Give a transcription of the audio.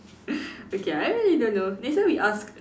okay I really don't know next time we ask